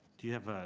do you have